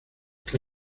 que